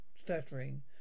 stuttering